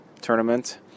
tournament